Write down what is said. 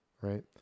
Right